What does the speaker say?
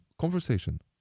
conversation